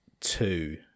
two